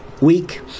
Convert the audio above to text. week